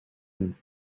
him